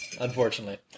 unfortunately